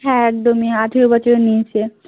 হ্যাঁ একদমই আঠেরো বছরের নিচে